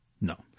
No